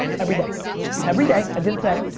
every day. every day, i did it today.